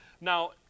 Now